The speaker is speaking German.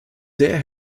sehr